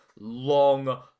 long